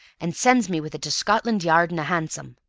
an' sends me with it to scotland yard in a hansom.